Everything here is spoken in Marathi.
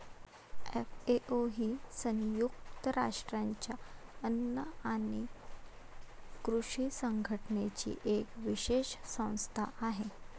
एफ.ए.ओ ही संयुक्त राष्ट्रांच्या अन्न आणि कृषी संघटनेची एक विशेष संस्था आहे